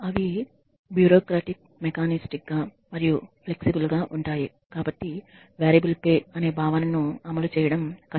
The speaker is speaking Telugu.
అవి బ్యూరోక్రాటిక్ మెకానిస్టిక్ గా మరియు ఫ్లెక్సిబుల్ గా ఉంటాయి కాబట్టి వేరియబుల్ పే అనే భావనను అమలు చేయడం కష్టం